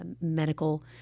medical